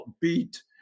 beat